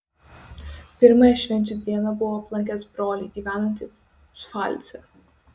pirmąją švenčių dieną buvau aplankęs brolį gyvenantį pfalce